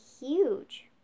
huge